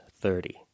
thirty